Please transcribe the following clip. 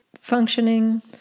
functioning